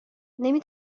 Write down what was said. نمی